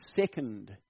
second